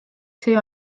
see